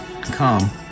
come